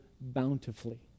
bountifully